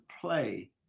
play